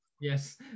Yes